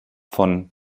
von